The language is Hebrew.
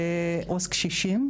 עו"ס ילדים ועו"ס קשישים.